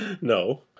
No